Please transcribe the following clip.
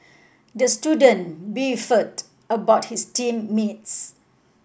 the student beefed about his team mates